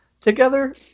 together